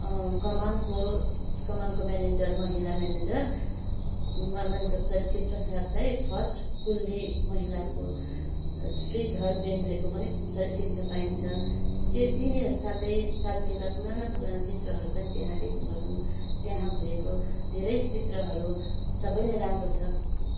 कमानको कमानको म्यानेजर महिला म्यानेजर मनिसाको चित्र साथै फर्स्ट कुल्ली महिलाको श्रीधर बेन्द्रेको पनि च चित्र पाइन्छ ते तिनीहरू साथै दार्जिलिङका पुराना पुराना चित्रहरू पनि त्यहाँ देख्ने गर्छौँ त्यहाँ भएको धेरै चित्रहरू सबै नै राम्रो छ